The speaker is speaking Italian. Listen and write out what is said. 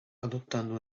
adottando